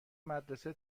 مدرسه